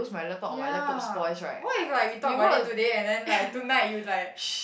ya what if like we talk about it today and then like tonight you like